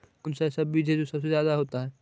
कौन सा ऐसा बीज है जो सबसे ज्यादा होता है?